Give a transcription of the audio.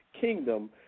kingdom